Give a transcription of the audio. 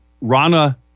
Rana